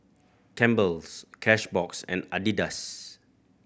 Campbell's Cashbox and Adidas